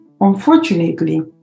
Unfortunately